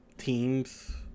teams